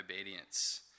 obedience